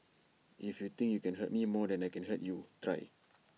if you think you can hurt me more than I can hurt you try